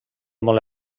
molt